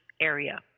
area